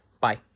bye